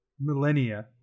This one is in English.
millennia